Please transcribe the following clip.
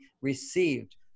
received